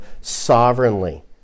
sovereignly